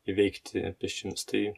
įveikti pėsčiomis tai